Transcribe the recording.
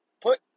Put